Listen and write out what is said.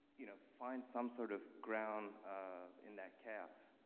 you know, find some sort of ground in that chaos?